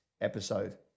episode